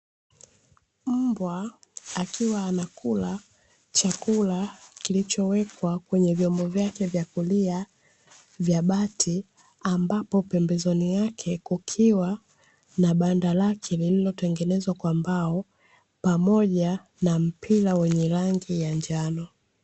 Mbwa akiwa anakula chakula kilichowekwa kwenye vyombo vyake vya kulia vya bati, ambapo pembezoni yake kukiwa na banda lake lililotengenezwa kwa mbao, pamoja na mpira wenye rangi ya njano.